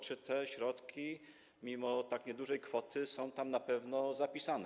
Czy te środki, mimo tak niedużej kwoty, są tam na pewno zapisane?